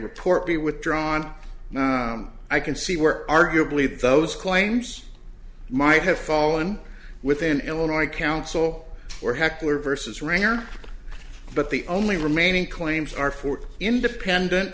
report be withdrawn now i can see where arguably those claims might have fallen within illinois counsel or heckler versus ringer but the only remaining claims are for independent